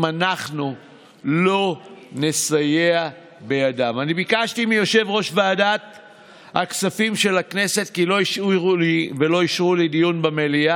אנחנו עוברים להסתייגויות לאחר סעיף 2. הסתייגות של מיקי לוי וקבוצת הרשימה המשותפת.